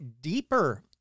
deeper